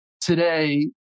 today